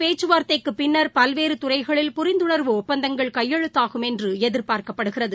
பேச்சுவார்த்தைக்குப் பின்னர் பல்வேறு துறைகளில் புரிந்துணர்வு ஒப்பந்தங்கள் இந்த கையெழுத்தாகும் என்று எதிர்பார்க்கப்படுகிறது